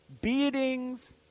beatings